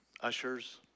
ushers